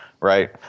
right